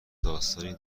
داستانی